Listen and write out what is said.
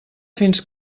fins